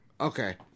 Okay